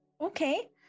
okay